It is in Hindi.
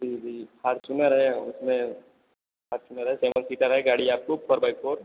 जी जी फारचुनर है उसमें फारचुनर है सेवेन सीटर है गाड़ी आपको फोर बाई फोर